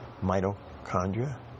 mitochondria